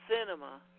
Cinema